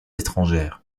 étrangères